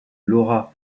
laura